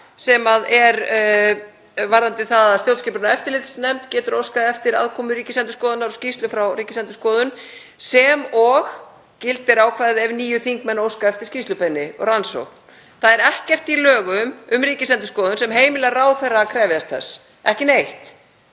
sem er varðandi það að stjórnskipunar- og eftirlitsnefnd getur óskað eftir aðkomu Ríkisendurskoðunar og skýrslu frá Ríkisendurskoðun og gildir ákvæðið einnig ef níu þingmenn óska eftir skýrslu eða rannsókn. Það er ekkert í lögum um Ríkisendurskoðun sem heimilar ráðherra að krefjast þess, ekki neitt.